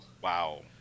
Wow